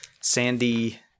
Sandy